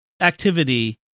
activity